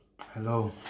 Hello